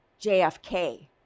JFK